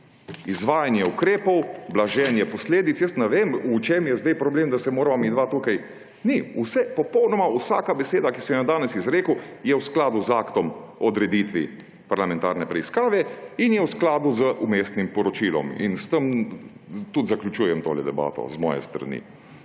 Izvajanje ukrepov, blaženje posledic, jaz ne vem v čem je sedaj problem, da se morava midva tukaj … Popolnoma vsaka beseda, ki sem jo danes izrekel, je v skladu z aktom o odreditvi parlamentarne preiskave in je v skladu z vmesnim poročilom. S tem tudi zaključujem tole debato z moje strani.